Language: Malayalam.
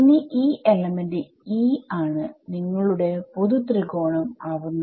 ഇനി ഈ എലമെന്റ് e ആണ് നിങ്ങളുടെ പൊതു ത്രികോണം ആവുന്നത്